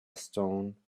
stone